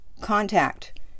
contact